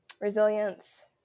resilience